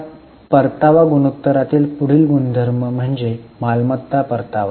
आता परतावा गुणोत्तरातील पुढील गुणधर्म म्हणजे मालमत्ता परतावा